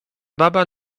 baba